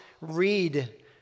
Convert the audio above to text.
read